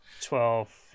twelve